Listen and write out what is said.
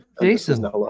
Jason